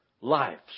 lives